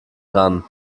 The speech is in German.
ran